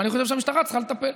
ואני חושב שהמשטרה צריכה לטפל.